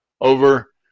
over